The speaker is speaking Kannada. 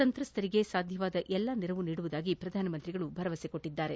ಸಂತ್ರಸ್ತರಿಗೆ ಸಾಧ್ಯವಾದ ಎಲ್ಲ ನೆರವು ನೀಡುವುದಾಗಿ ಪ್ರಧಾನಿ ಭರವಸೆ ನೀಡಿದರು